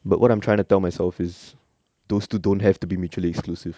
but what I'm trying to tell myself is those two don't have to be mutually exclusive